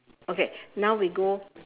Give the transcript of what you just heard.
okay now we go